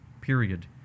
period